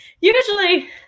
usually